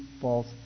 false